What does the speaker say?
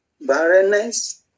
barrenness